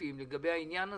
ספציפיים לגבי העניין הזה.